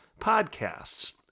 podcasts